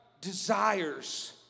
desires